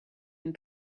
and